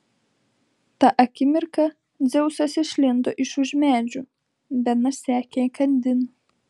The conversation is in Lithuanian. tą akimirką dzeusas išlindo iš už medžių benas sekė įkandin